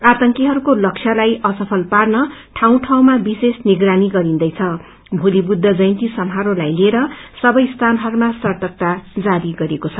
आतंकीहरूको लक्ष्यलाई असफल पार्न ठाउँ ठाउँमा विशेष निगरानी गरिन्दैछं भोलि बुद्ध जयन्ती समारोहलाई लिएर सबै स्थानहरूमा सतर्कता जारी गरिएको छ